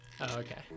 Okay